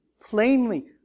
plainly